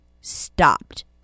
stopped